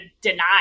deny